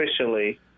officially